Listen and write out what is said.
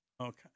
Okay